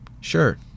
Sure